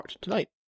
tonight